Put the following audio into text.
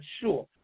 sure